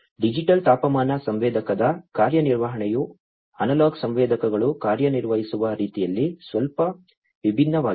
digital ತಾಪಮಾನ ಸಂವೇದಕದ ಕಾರ್ಯನಿರ್ವಹಣೆಯು ಅನಲಾಗ್ ಸಂವೇದಕಗಳು ಕಾರ್ಯನಿರ್ವಹಿಸುವ ರೀತಿಯಲ್ಲಿ ಸ್ವಲ್ಪ ವಿಭಿನ್ನವಾಗಿದೆ